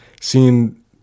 seeing